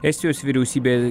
estijos vyriausybė